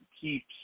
keeps